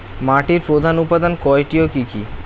মাটির প্রধান উপাদান কয়টি ও কি কি?